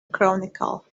chronicle